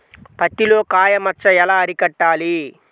పత్తిలో కాయ మచ్చ ఎలా అరికట్టాలి?